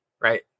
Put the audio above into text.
Right